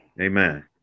amen